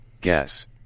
Guess